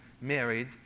married